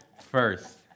first